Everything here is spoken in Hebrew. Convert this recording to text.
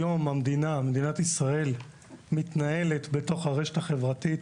היום מדינת ישראל מתנהלת בתוך הרשת החברתית: